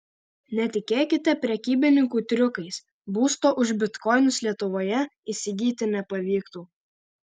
netikėkite prekybininkų triukais būsto už bitkoinus lietuvoje įsigyti nepavyktų